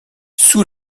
sous